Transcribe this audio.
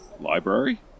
Library